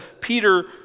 Peter